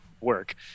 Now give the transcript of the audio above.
work